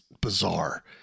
bizarre